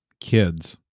kids